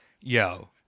Yo